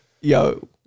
yo